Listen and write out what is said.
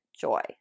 joy